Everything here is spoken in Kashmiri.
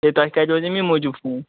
ہَے تۄہہِ کَریٚو حظ اَمہِ موٗجوٗب فون